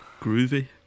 Groovy